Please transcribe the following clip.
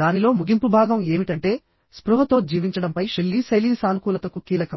దానిలో ముగింపు భాగం ఏమిటంటే స్పృహతో జీవించడంపై షెల్లీ శైలి సానుకూలతకు కీలకం